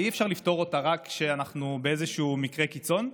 ואי-אפשר לפתור אותה רק כשאנחנו באיזשהו מקרה קיצון,